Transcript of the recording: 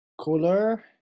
cooler